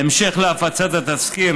בהמשך להפצת התזכיר,